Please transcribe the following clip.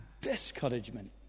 discouragement